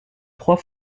trois